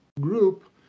group